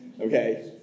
Okay